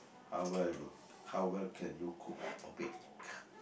how well y~ how well can you cook or bake